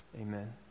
Amen